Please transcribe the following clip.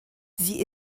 sie